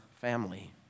family